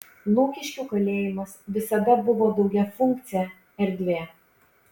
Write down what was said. lukiškių kalėjimas visada buvo daugiafunkcė erdvė